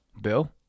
bill